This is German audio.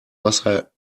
wasser